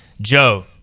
Joe